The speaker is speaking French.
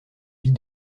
vit